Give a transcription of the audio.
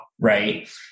Right